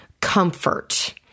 comfort